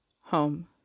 Home